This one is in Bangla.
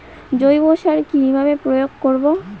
জৈব সার কি ভাবে প্রয়োগ করব?